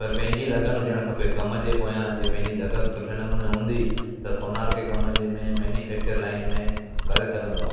पर पंहिंजी लगन हुजण खपे कम जे पोयां जे पंहिंजी दॻस सुठे नमूने हूंदी त सोनार के कम जे में मैन्युफैक्चर लाइन में करे सघंदो आहे